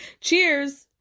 Cheers